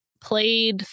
played